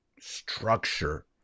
structure